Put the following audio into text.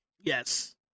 Yes